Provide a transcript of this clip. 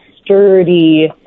sturdy